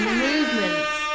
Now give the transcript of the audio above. movements